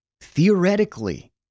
Theoretically